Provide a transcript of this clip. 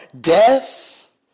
death